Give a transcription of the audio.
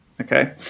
Okay